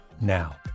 now